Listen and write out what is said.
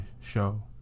show